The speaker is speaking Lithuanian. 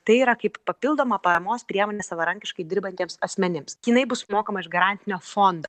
tai yra kaip papildoma paramos priemonė savarankiškai dirbantiems asmenims jinai bus mokama iš garantinio fondo